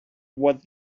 what